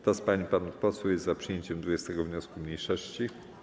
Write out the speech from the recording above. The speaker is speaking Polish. Kto z pań i panów posłów jest za przyjęciem 20. wniosku mniejszości?